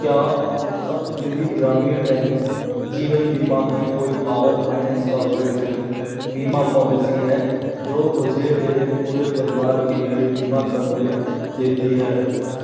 क्या सप्तगिरि ग्रामीण बैंक जीवन बीमा की कोई पावर फाइनेंस कॉर्पोरेशन बीमा पॉलिसी है जो मुझे मेरे पूरे परिवार के लिए बीमा करने देती है